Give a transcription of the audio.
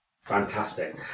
Fantastic